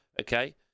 okay